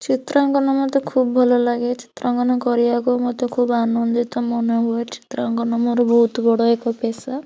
ଚିତ୍ରାଙ୍କନ ମୋତେ ଖୁବ୍ ଭଲଲାଗେ ଚିତ୍ରାଙ୍କନ କରିବାକୁ ମୋତେ ଖୁବ୍ ଆନନ୍ଦିତ ମନେହୁଏ ଚିତ୍ରାଙ୍କନ ମୋର ବହୁତ ବଡ଼ ଏକ ପେଶା